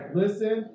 listen